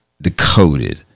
decoded